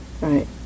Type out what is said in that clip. right